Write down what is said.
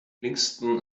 kingston